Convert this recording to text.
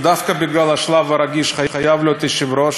ודווקא בגלל השלב הרגיש חייב להיות יושב-ראש.